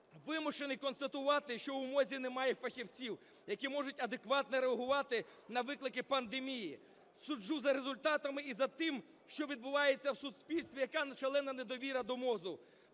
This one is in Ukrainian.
вимушений констатувати, що у МОЗ немає фахівців, які можуть адекватно реагувати на виклики пандемії. Суджу за результатами і за тим, що відбувається в суспільстві, яка шалена недовіра до МОЗ.